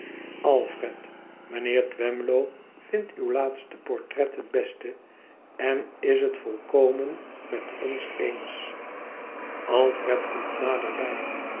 alfred mijnheer twemlow vindt uw laatste portret het beste en is het volkomen met ons eens alfred komt naderbij